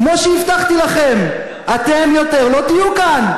כמו שהבטחתי לכם, אתם יותר לא תהיו כאן.